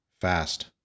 Fast